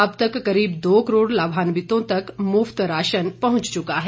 अब तक करीब दो करोड़ लाभान्वितों तक मुफ्त राशन पहुंच चुका है